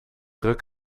ruk